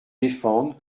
défendre